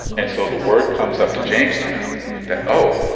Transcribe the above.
and so the word comes up to jamestown that, oh,